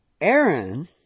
Aaron